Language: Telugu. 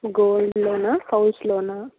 గోల్డ్ లోనా హౌస్ లోనా